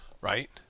right